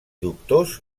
dubtós